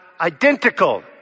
identical